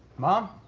mom?